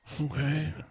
Okay